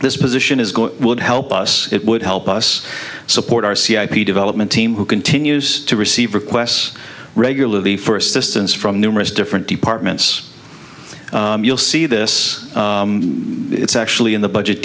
this position is would help us it would help us support our c i p development team who continues to receive requests regularly for assistance from numerous different departments you'll see this it's actually in the budget